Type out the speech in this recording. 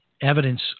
evidence